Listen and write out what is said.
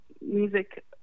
music